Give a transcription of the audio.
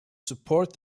support